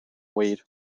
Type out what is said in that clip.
weed